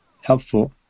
helpful